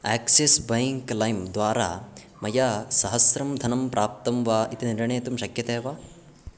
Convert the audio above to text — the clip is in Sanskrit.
आक्सिस् बैङ्क् लैम् द्वारा मया सहस्रं धनं प्राप्तं वा इति निर्णेतुं शक्यते वा